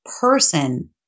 person